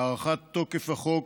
(הארכת תוקף החוק),